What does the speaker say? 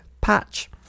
Patch